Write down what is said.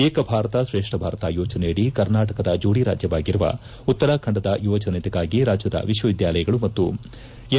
ಏಕ ಭಾರತ ಶ್ರೇಷ್ಠ ಭಾರತ ಯೋಜನೆಯಡಿ ಕರ್ನಾಟಕದ ಜೋಡಿ ರಾಜ್ಠವಾಗಿರುವ ಉತ್ತರಾಖಂಡದ ಯುವಜನತೆಗಾಗಿ ರಾಜ್ಠದ ವಿಶ್ವವಿದ್ಶಾಲಯಗಳು ಮತ್ತು ಎನ್